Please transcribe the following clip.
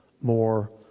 more